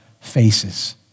faces